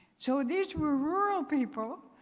so these were rural people,